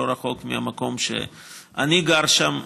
לא רחוק מהמקום שאני גר בו.